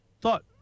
thought